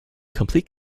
complete